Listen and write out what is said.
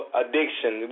addiction